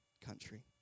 country